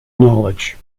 knowledge